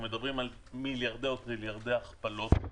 אנחנו מדברים על מיליארדי וטריליארדי הכפלות,